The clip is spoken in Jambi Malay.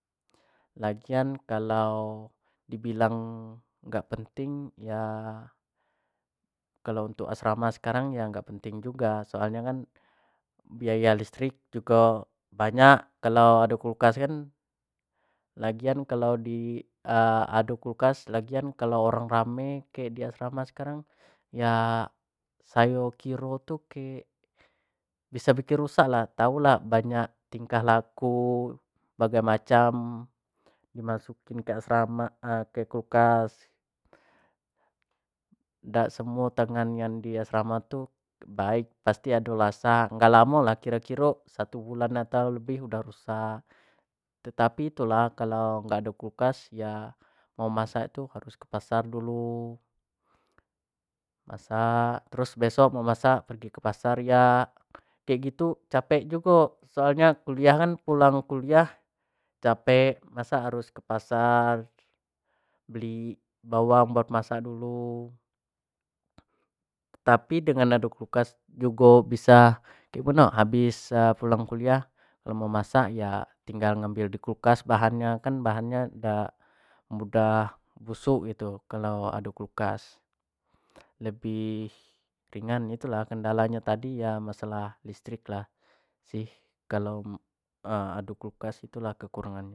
Lagian kalau di bilang dak penting ya kalau untuk asrama sekarang ya gak penting juga, soal nya kan biaya listrik jugo banyak kalau ado kulkas kan, lagian kalau di ado kulkas lagian kalau orang rame kayak di asrama sekarang ya sayo kiro tu kek biso bikin rusak lah tau lah banyak tingkah laku berbagai macam di masukin ke asrama ke kulkas dak semuo tangan yang dia asrama tu baik, pasti ado lasak dak lamo lah kiro-kiro satu bulan atau lebih udah rusak, tetapi itu lah kalau dak ado kulkas itu lah, mau masak tu harus kepasar dulu, masak terus besok kalau mau masak harus kepasar dulu, kek gitu capek jugo soal nyo kuliah kan pulang kuliah capek masak harus ke pasar beli bawang buat masak dulu, tapi dengan ado kulkas jugo habis pulang kuliah kalau mau masak ya tinggal ngmabil di kulkas bahannyo, kan bahannyo dak mudah busuk gitu kalau ado kulkas, lebih ringan gitu lah, kendala nyo tadi di listrik tu lah kalau ado kulkas itu lah kendala nyo.